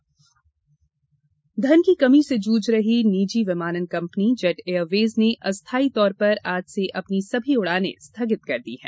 jet Airways धन की कमी से जूझ रही निजी विमानन कंपनी जेट एयरवेज ने अस्थायी तौर पर आज से अपनी सभी उड़ानें स्थगित कर दी हैं